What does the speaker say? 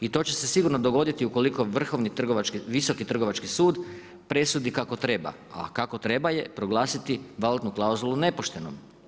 I to će se sigurno dogoditi ukoliko Visoki trgovački sud presudi kako treba, a kako treba je proglasiti valutnu klauzulu nepoštenom.